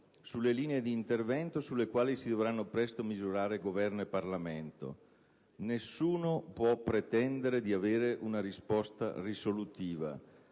sulle linee d'intervento sulle quali si dovranno presto misurare Governo e Parlamento. Nessuno può pretendere di avere una risposta risolutiva,